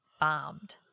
bombed